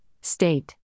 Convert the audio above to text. state